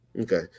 Okay